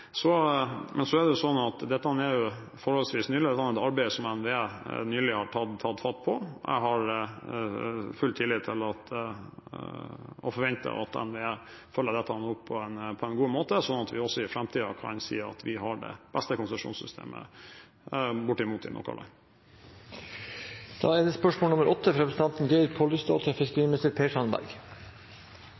Men så er det jo slik at NVE forholdsvis nylig har tatt fatt på dette arbeidet. Jeg har full tillit til og forventer at NVE følger dette opp på en god måte, slik at vi også i framtiden kan si at vi har bortimot det beste konsesjonssystemet i noe land. Jeg vil først benytte anledningen til å ønske statsråden velkommen til Stortinget. «Ved behandling av havbruksmeldingen bestemte Stortinget at det skulle etableres et havbruksfond som skulle sikre økte inntekter til